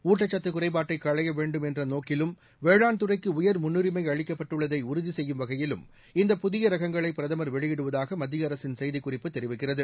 ஊட்டச்சத்து குறைபாட்டை களைய வேண்டும் என்ற நோக்கிலும் வேளாண் துறைக்கு உயர் முன்னுரிமை அளிக்கப்பட்டுள்ளதை உறுதி செய்யும் வகையிலும் இந்த புதிய ரகங்களை பிரதமர் வெளியிடுவதாக மத்திய அரசின் செய்திக்குறிப்பு தெரிவிக்கிறது